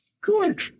Good